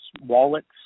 wallets